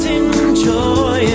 enjoy